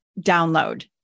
download